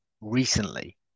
recently